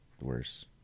worse